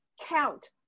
count